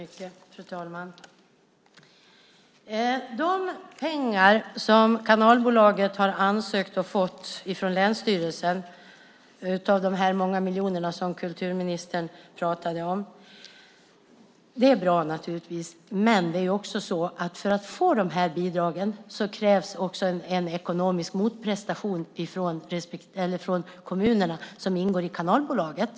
Fru talman! De pengar som Kanalbolaget ansökt och fått från länsstyrelsen, som en del av de många miljoner som kulturministern pratade om, är naturligtvis bra att ha fått. För att få bidragen krävs emellertid en ekonomisk motprestation från de kommuner som ingår i Kanalbolaget.